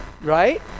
right